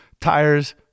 Tires